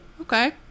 Okay